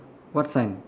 what sign